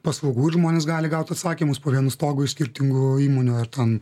paslaugų ir žmonės gali gaut atsakymus po vienu stogu iš skirtingų įmonių ar ten